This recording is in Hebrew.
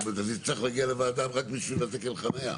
זאת אומרת אז נצטרך להגיע לוועדה רק בשביל תקן החניה.